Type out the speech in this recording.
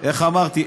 איך אמרתי,